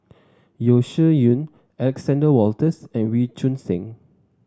Yeo Shih Yun Alexander Wolters and Wee Choon Seng